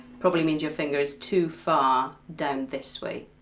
probably means your finger is too far down this way,